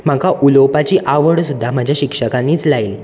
म्हाका उलोवपाची आवड सुद्दां म्हाज्या शिक्षकांनीच लायली